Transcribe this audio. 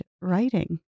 writing